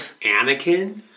Anakin